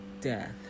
death